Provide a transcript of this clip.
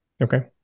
Okay